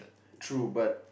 true but